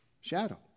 shadow